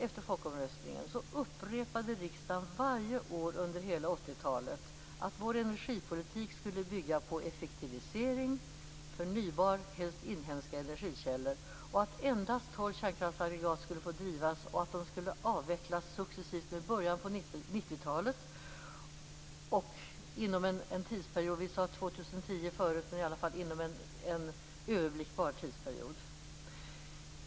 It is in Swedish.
Efter folkomröstningen upprepade riksdagen varje år under hela 80-talet att vår energipolitik skulle bygga på effektivisering, förnybara, helst inhemska energikällor, att endast 12 kärnkraftsaggregat skulle få drivas och att de skulle avvecklas med början på 90-talet inom en överblickbar tidsperiod. Vi sade förut år 2010.